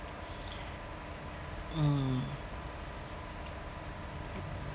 mm